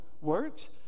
works